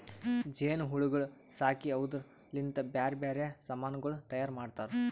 ಜೇನು ಹುಳಗೊಳ್ ಸಾಕಿ ಅವುದುರ್ ಲಿಂತ್ ಬ್ಯಾರೆ ಬ್ಯಾರೆ ಸಮಾನಗೊಳ್ ತೈಯಾರ್ ಮಾಡ್ತಾರ